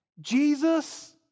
Jesus